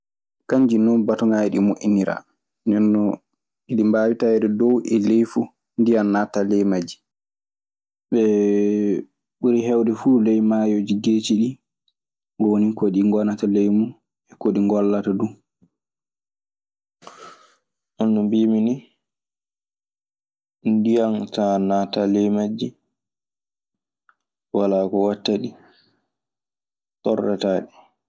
Kanji non batoŋaaji ɗii moƴƴiniraa, nonno e ɗi mbaawi taweede dow e ley fuu ndiyam naataa ley majji. Ɓe ɓuri heewde fuu ley maayooji geeci ɗii. Ɗun woni ko ɗi ngonata ley mun e ko ɗi ngollata du.